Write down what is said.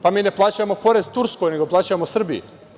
Pa, mi ne plaćamo porez Turskoj, nego plaćamo porez Srbiji.